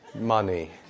money